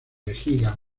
vejiga